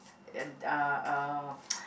and uh um